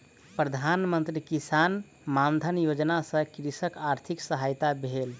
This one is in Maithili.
प्रधान मंत्री किसान मानधन योजना सॅ कृषकक आर्थिक सहायता भेल